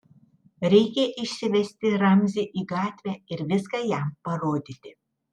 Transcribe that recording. reikia išsivesti ramzį į gatvę ir viską jam parodyti